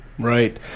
Right